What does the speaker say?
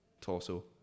torso